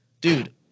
dude